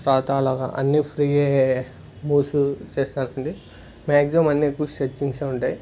ఛాతీ అలాగా అన్ని ఫ్రీయే మూవ్స్ చేస్తానండి మ్యాగ్జిమమ్ అన్ని ఎక్కువ స్ట్రెచ్చింగ్స్ ఉంటాయి